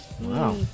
Wow